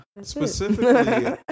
Specifically